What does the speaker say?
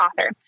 author